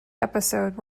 episode